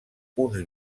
uns